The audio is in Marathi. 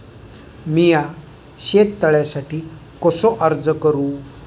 मीया शेत तळ्यासाठी कसो अर्ज करू?